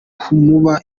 kumuba